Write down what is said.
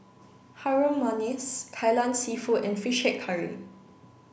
Harum Manis Kai Lan seafood and fish head curry